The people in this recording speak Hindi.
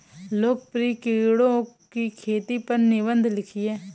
लोकप्रिय कीड़ों की खेती पर निबंध लिखिए